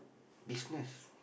business